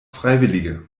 freiwillige